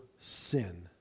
sin